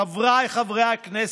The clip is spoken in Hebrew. חבריי חברי הכנסת,